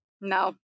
No